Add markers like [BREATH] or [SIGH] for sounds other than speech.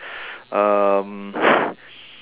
um [BREATH]